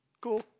Cool